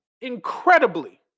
incredibly